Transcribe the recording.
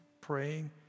praying